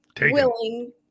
willing